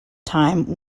time